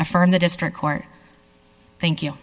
affirm the district court thank you